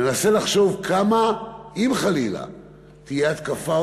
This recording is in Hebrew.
ננסה לחשוב, אם חלילה תהיינה התקפות